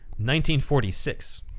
1946